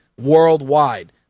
worldwide